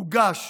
הדוח הוגש